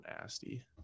nasty